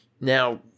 now